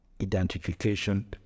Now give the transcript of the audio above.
identification